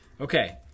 Okay